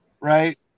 right